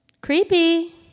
Creepy